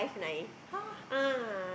!huh!